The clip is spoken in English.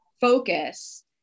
focus